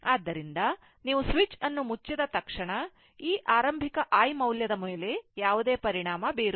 ಆದ್ದರಿಂದ ನೀವು ಸ್ವಿಚ್ ಅನ್ನು ಮುಚ್ಚಿದ ತಕ್ಷಣ ಈ ಆರಂಭಿಕ i ಮೌಲ್ಯದ ಮೇಲೆ ಯಾವುದೇ ಪರಿಣಾಮ ಬೀರುವುದಿಲ್ಲ